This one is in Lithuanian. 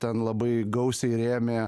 ten labai gausiai rėmė